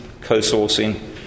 co-sourcing